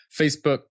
Facebook